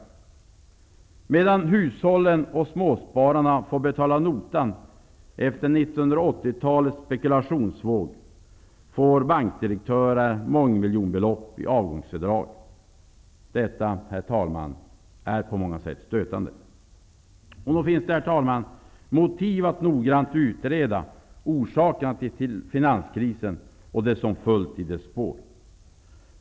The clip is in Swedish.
Samtidigt som hushållen och småspararna får betala notan efter 1980-talets spekulationsvåg får bankdirektörer mångmiljonbelopp i avgångsvederlag. Detta är stötande på många sätt. Herr talman! Nog finns det skäl att noggrant utreda orsakerna till finanskrisen och det som följt i dess spår.